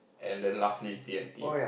and then last is D-and-T